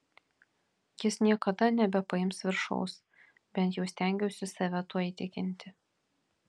jis niekada nebepaims viršaus bent jau stengiausi save tuo įtikinti